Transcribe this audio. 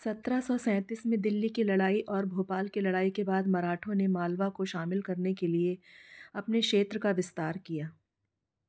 सत्रह सौ सेंतीस में दिल्ली की लड़ाई और भोपाल की लड़ाई के बाद मराठों ने मालवा को शामिल करने के लिए अपने क्षेत्र का विस्तार किया